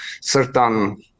certain